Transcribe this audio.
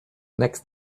next